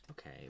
Okay